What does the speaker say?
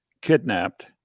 Kidnapped